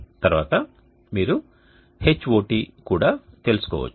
తర్వాత మీరు H0t కూడా తెలుసుకోవచ్చు